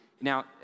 Now